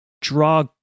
draw